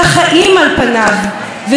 שהם רגישים מאוד לטמפרטורה,